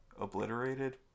Obliterated